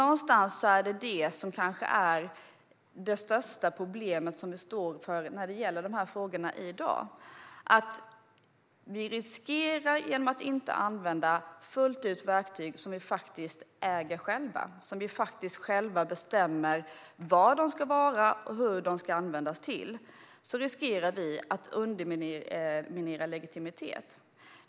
Det är kanske det största problemet vi står inför när det gäller de här frågorna i dag. Genom att inte fullt ut använda de verktyg vi äger själva, där vi bestämmer vad de ska vara och hur de ska användas, riskerar vi att underminera legitimiteten.